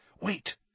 Wait